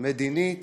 מדינית